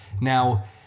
now